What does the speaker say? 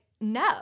no